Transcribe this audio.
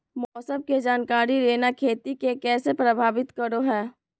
मौसम के जानकारी लेना खेती के कैसे प्रभावित करो है?